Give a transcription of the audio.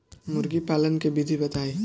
मुर्गी पालन के विधि बताई?